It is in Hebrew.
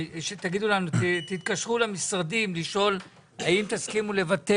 תתקשרו למשרדים לשאול האם תסכימו לוותר